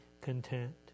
content